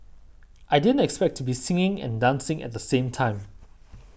I didn't expect to be singing and dancing at the same time